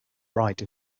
ride